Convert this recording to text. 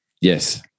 Yes